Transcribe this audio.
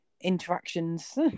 interactions